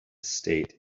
state